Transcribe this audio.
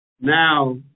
now